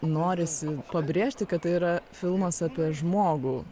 norisi pabrėžti kad tai yra filmas apie žmogų